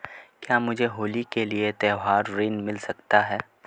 क्या मुझे होली के लिए त्यौहारी ऋण मिल सकता है?